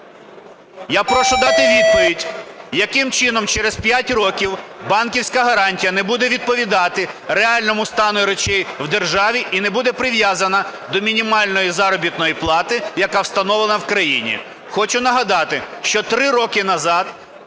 Я прошу дати відповідь, яким чином через 5 років банківська гарантія не буде відповідати реальному стану речей в державі і не буде прив'язана до мінімальної заробітної плати, яка встановлена в країні? Хочу нагадати, що три роки назад